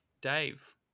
Dave